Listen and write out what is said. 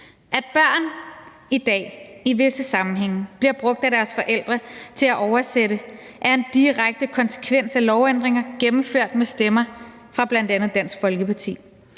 At børn i dag i visse sammenhænge bliver brugt af deres forældre til at oversætte, er en direkte konsekvens af lovændringer gennemført med stemmer fra bl.a. Dansk Folkeparti.